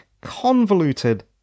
convoluted